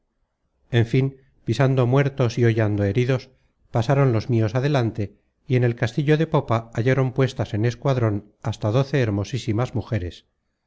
en fin pisando muertos y hollando heridos pasaron los mios adelante y en el castillo de popa hallaron puestas en escuadron hasta doce hermosísimas mujeres